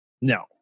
no